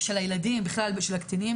של הילדים בכלל ושל הקטינים